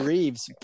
Reeves